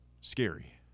scary